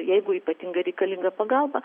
jeigu ypatingai reikalinga pagalba